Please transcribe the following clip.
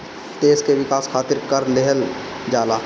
देस के विकास खारित कर लेहल जाला